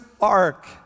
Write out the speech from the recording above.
ark